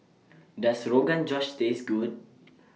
Does Rogan Josh Taste Good